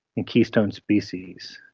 and keystone species.